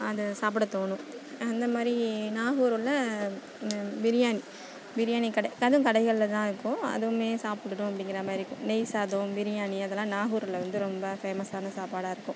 அதை சாப்பிட தோணும் அந்த மாதிரி நாகூரில் பிரியாணி பிரியாணி கடை அதுவும் கடைகளில் தான் இருக்கும் அதுவுமே சாப்பிடணும் அப்படிங்கற மாதிரி இருக்கும் நெய் சாதம் பிரியாணி அதெல்லாம் நாகூரில் வந்து ரொம்ப ஃபேமஸான சாப்பாடால் இருக்கும்